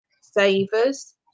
savers